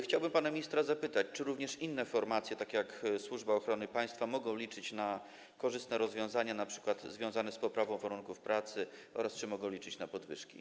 Chciałbym pana ministra zapytać: Czy również inne formacje, tak jak Służba Ochrony Państwa, mogą liczyć na korzystne rozwiązania, np. związane z poprawą warunków pracy, oraz czy mogą liczyć na podwyżki?